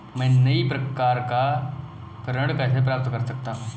मैं नई कार पर ऋण कैसे प्राप्त कर सकता हूँ?